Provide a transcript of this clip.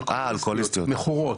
מכורות.